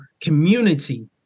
community